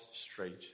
straight